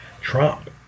Trump